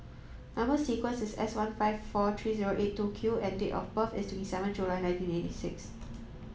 number sequence is S one five four three zero eight two Q and date of birth is twenty seven July nineteen eighty six